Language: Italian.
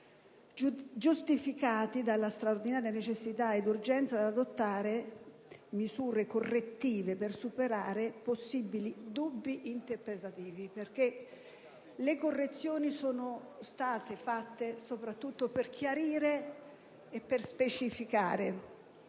giustificati dalla straordinaria necessità ed urgenza di adottare misure correttive per superare possibili dubbi interpretativi. Quindi, le correzioni sono state apportate soprattutto per chiarire e per meglio specificare,